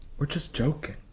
we're just joking.